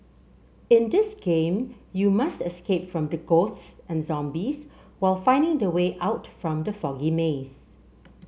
in this game you must escape from the ghosts and zombies while finding the way out from the foggy maze